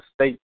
state